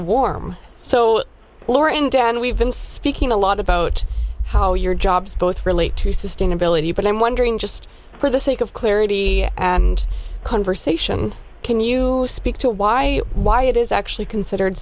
warm so lauren down we've been speaking a lot about how your jobs both relate to sustainability but i'm wondering just for the sake of clarity and conversation can you speak to why why it is actually considered